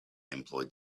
employed